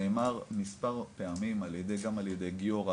נאמר מספר פעמים גם על ידי גיורא,